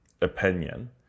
opinion